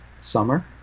summer